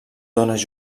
dones